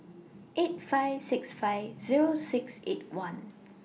eight five six five Zero six eight one